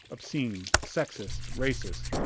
obscene, sexist, racist,